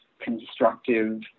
constructive